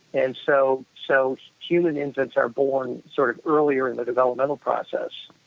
and so so human infants are born sort of earlier in the developmental process,